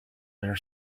their